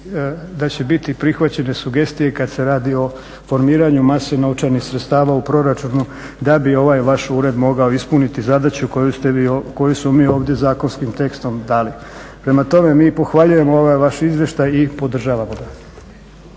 da će biti prihvaćene sugestije kada se radi o formiranju mase novčanih sredstava u proračunu da bi ovaj vaš ured mogao ispuniti zadaću koju smo mi ovdje zakonskim tekstom dali. Prema tome, mi pohvaljujemo ovaj vaš izvještaj i podržavamo ga.